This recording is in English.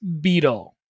beetle